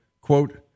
quote